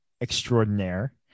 extraordinaire